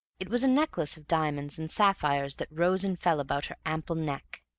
it was a necklace of diamonds and sapphires that rose and fell about her ample neck.